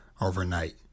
overnight